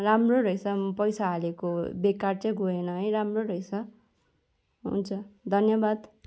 राम्रो रहेछ पैसा हालेको बेकार चाहिँ गएन है राम्रो रहेछ हुन्छ धन्यवाद